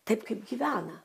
taip kaip gyvena